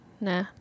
nah